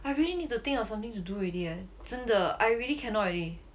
I really need to think of something to do already eh 真的 I really cannot already